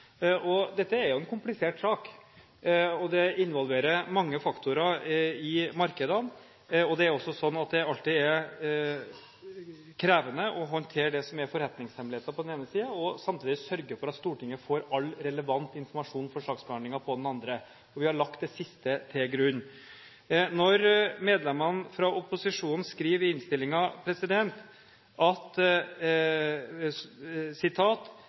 om. Dette er jo en komplisert sak, og det involverer mange faktorer i markedene. Det er også slik at det alltid er krevende å håndtere det som er forretningshemmeligheter på den ene siden, og samtidig sørge for at Stortinget får all relevant informasjon for saksbehandlingen på den andre siden. Vi har lagt det siste til grunn. Medlemmene fra opposisjonen skriver i innstillingen: «Disse medlemmer legger derfor til grunn at